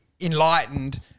enlightened –